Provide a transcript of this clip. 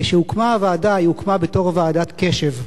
כשהוקמה הוועדה היא הוקמה בתור ועדת קש"ב,